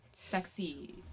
sexy